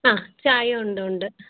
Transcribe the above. ആ ചായ ഉണ്ട് ഉണ്ട്